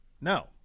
No